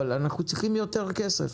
אבל אנחנו צריכים יותר כסף,